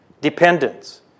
Dependence